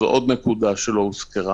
זו עוד נקודה שלא הוזכרה.